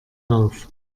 rauft